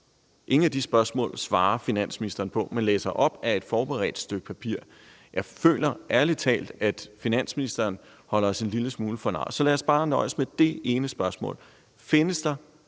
Ingen af de spørgsmål svarer finansministeren på, men læser op af et forberedt stykke papir. Jeg føler ærlig talt, at finansministeren holder os en lille smule for nar. Så lad os bare nøjes med det ene spørgsmål: Findes der